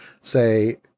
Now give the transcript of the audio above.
say